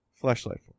Flashlight